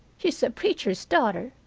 she's a preacher's daughter.